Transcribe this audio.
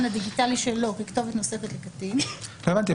הדיגיטלי שלו ככתובת נוספת לקטין --- לא הבנתי,